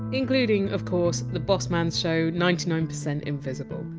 including, of course, the bossman! s show ninety nine percent invisible.